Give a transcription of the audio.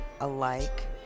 alike